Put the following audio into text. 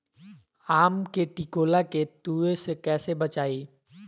आम के टिकोला के तुवे से कैसे बचाई?